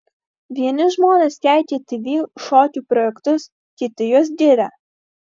vieni žmonės keikia tv šokių projektus kiti juos giria